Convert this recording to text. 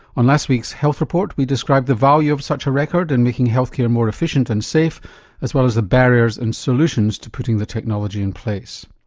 on last week's health report we described the value of such a record in and making health care more efficient and safe as well as the barriers and solutions to putting the technology in place.